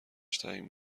تنگ